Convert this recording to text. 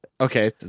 Okay